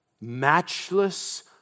matchless